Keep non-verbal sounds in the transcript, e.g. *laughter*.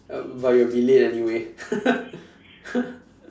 um but you'll be late anyway *laughs*